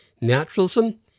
naturalism